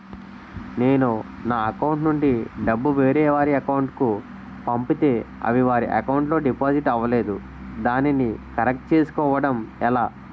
నేను నా అకౌంట్ నుండి డబ్బు వేరే వారి అకౌంట్ కు పంపితే అవి వారి అకౌంట్ లొ డిపాజిట్ అవలేదు దానిని కరెక్ట్ చేసుకోవడం ఎలా?